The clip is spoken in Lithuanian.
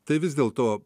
tai vis dėlto